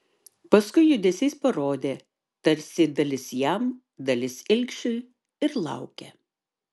paskui judesiais parodė tarsi dalis jam dalis ilgšiui ir laukė